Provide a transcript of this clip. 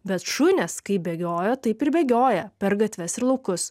bet šunes kaip bėgiojo taip ir bėgioja per gatves ir laukus